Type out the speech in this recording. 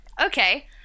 okay